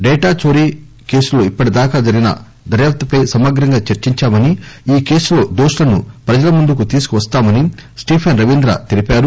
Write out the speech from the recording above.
data చోరీ కేసులో ఇప్పటిదాకా జరిగిన దర్యాప్తుపై సమగ్రంగా చర్చించామని ఈకేసులో దోషులను ప్రజల ముందుకు తీసుకు వస్తామని స్టీఫెన్ రవీంద్ర చెప్పారు